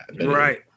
Right